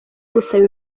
gusaba